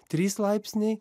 trys laipsniai